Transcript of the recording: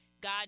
god